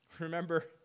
remember